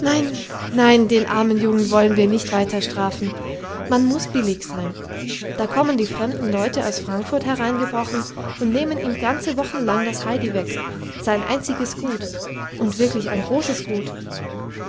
nein nein den armen buben wollen wir nicht weiter strafen man muß billig sein da kommen die fremden leute aus frankfurt hereingebrochen und nehmen ihm ganze wochen lang das heidi weg sein einziges gut und wirklich ein großes gut